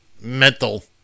mental